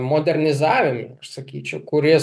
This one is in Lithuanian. modernizavimui aš sakyčiau kuris